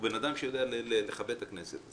הוא אדם שיודע לכבד את הכנסת,